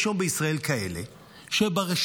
יש היום בישראל כאלה שברשתות,